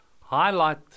highlight